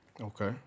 Okay